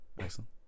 excellent